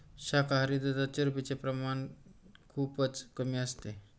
शाकाहारी दुधात चरबीचे प्रमाण खूपच कमी असते